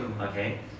Okay